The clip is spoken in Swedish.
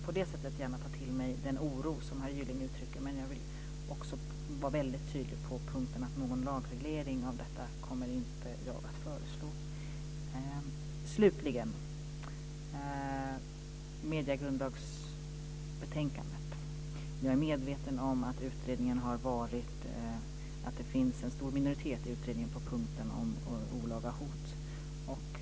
På det sättet tar jag gärna till mig den oro som herr Gylling uttrycker, men jag vill också vara väldigt tydlig på punkten att jag inte kommer att föreslå någon lagreglering av detta. Slutligen gäller det mediegrundlagsbetänkandet. Jag är medveten om att det finns en stor minoritet i utredningen på punkten om olaga hot.